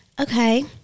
Okay